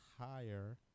higher